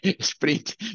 sprint